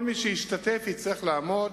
כל מי שישתתף יצטרך לעמוד